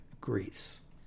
Greece